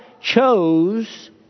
chose